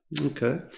okay